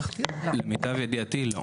למיטב ידיעתי, לא.